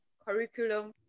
curriculum